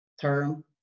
term